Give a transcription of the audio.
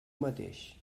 mateix